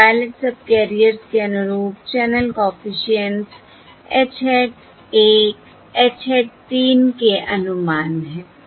ये pilot subcarriers के अनुरूप channel coefficients H hat 1 H hat 3 के अनुमान हैं